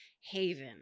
haven